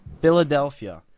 Philadelphia